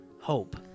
hope